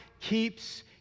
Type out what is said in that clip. keeps